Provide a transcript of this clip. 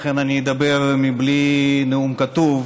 לכן אני אדבר בלי נאום כתוב,